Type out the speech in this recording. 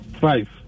five